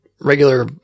regular